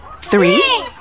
Three